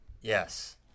Yes